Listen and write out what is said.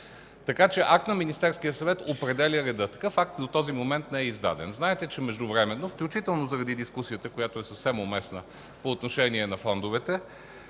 Така че акт на Министерския съвет определя реда. Такъв акт до този момент не е издаден. Знаете, че междувременно, включително заради дискусията, която е съвсем уместна по отношение на фондовете,